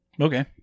Okay